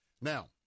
Now